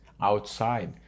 outside